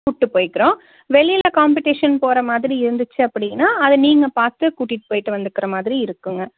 கூட்டி போயிக்கிறோம் வெளியில் காம்பெடிஷன் போகிற மாதிரி இருந்துச்சு அப்படின்னா அதை நீங்கள் பார்த்து கூட்டிட்டு போயிட்டு வந்துக்கிற மாதிரி இருக்குங்க